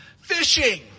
Fishing